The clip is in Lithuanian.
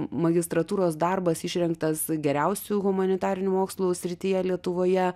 magistratūros darbas išrinktas geriausiu humanitarinių mokslų srityje lietuvoje